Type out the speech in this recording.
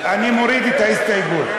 אני מוריד את ההסתייגות.